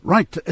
Right